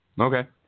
Okay